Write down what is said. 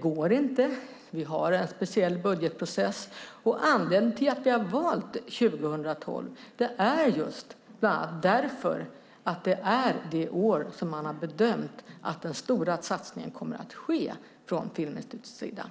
går inte det. Vi har en speciell budgetprocess, och anledningen till att vi har valt 2012 är just bland annat för att det är det år då man har bedömt att den stora satsningen kommer att ske från Filminstitutets sida.